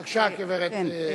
בבקשה, גברתי.